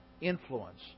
influence